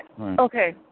Okay